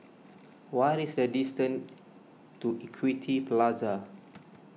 what is the distance to Equity Plaza